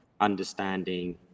understanding